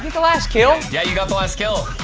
the last kill? yeah, you got the last kill,